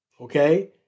okay